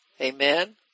Amen